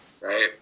right